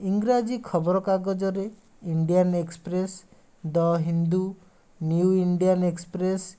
ଇଂରାଜୀ ଖବର କାଗଜରେ Indian Express the Hindu New Indian express